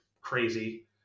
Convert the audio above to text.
crazy